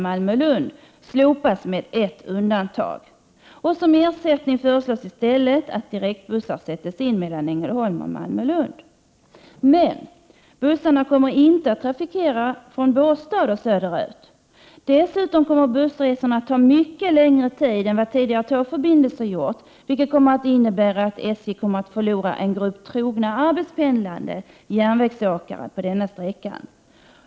Bussarna kommer dock inte att trafikera Båstad. Dessutom kommer bussresorna att ta mycket längre tid än vad tidigare tågförbindelser gjort, vilket kommer att innebära att SJ kommer att förlora en grupp trogna arbetspendlande järnvägsåkare på denna sträcka.